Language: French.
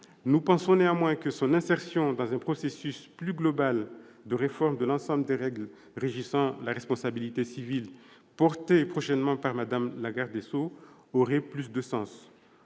nous pensons néanmoins que son insertion dans un processus plus global de réforme de l'ensemble des règles régissant la responsabilité civile, portée prochainement par Mme la garde des sceaux, aurait plus de sens.